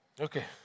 Okay